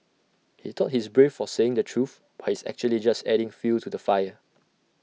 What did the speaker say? he thought he's brave for saying the truth but he's actually just adding fuel to the fire